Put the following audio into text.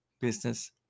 business